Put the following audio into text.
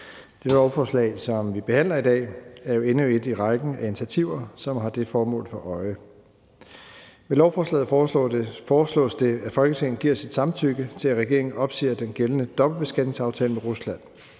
Det lovforslag, som vi behandler i dag, er jo endnu et i rækken af initiativer, som har det formål for øje. Med lovforslaget foreslås det, at Folketinget giver sit samtykke til, at regeringen opsiger den gældende dobbeltbeskatningsaftale med Rusland.